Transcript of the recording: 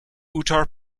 uttar